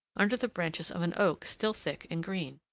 under the branches of an oak still thick and green.